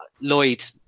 Lloyd